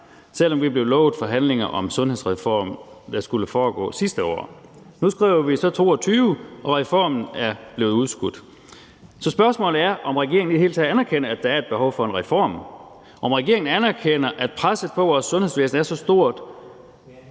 selv om vi blev lovet forhandlinger om en sundhedsreform, der skulle foregå sidste år. Nu skriver vi så 2022, og reformen er blevet udskudt. Så spørgsmålet er, om regeringen i det hele taget anerkender, at der er et behov for en reform, om regeringen anerkender, at presset på vores sundhedsvæsen er stort,